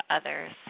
others